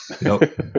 Nope